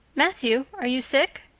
matthew, are you sick?